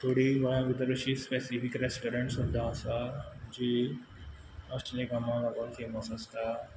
थोंडीं गोंयां भितर अशीं स्पेसिफीक रेस्टॉरंट सुद्दां आसा जीं असल्या खाणांक लागून फॅमस आसता